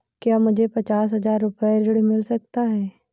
क्या मुझे पचास हजार रूपए ऋण मिल सकता है?